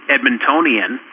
Edmontonian